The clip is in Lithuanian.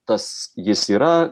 tas jis yra